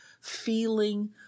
feeling